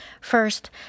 First